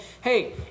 hey